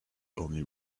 only